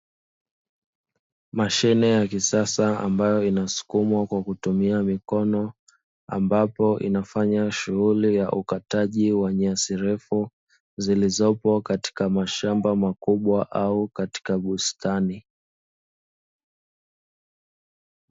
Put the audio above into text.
Mashine ya kisasa ambayo inasukumwa kwa kutumia mikono ambapo inafanya shughuli ya ukataji wa nyasi refu zilizopo katika mashamba makubwa au katika bustani.